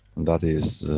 that is,